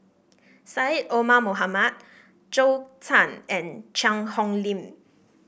Syed Omar Mohamed Zhou Can and Cheang Hong Lim